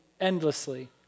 endlessly